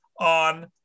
on